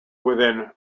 within